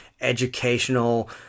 educational